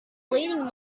leading